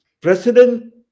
President